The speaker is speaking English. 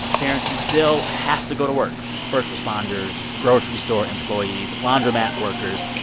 parents who still have to go to work first responders, grocery store employees, laundromat workers.